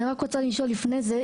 אני רק רוצה לשאול לפני זה,